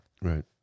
Right